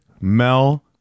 Mel